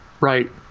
right